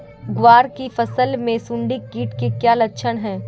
ग्वार की फसल में सुंडी कीट के क्या लक्षण है?